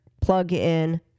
plug-in